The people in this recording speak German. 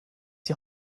die